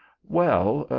well,